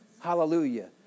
Hallelujah